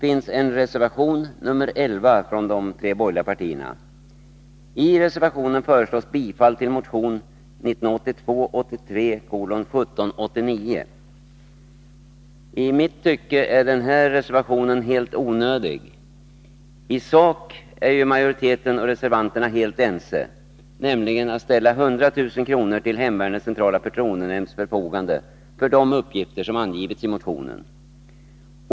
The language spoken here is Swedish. I mitt tycke är den här reservationen helt onödig. I sak är ju majoriteten och reservanterna helt ense, nämligen att 100000 kr. skall ställas till hemvärnets centrala förtroendenämnds förfogande för de uppgifter som angivits i motionen.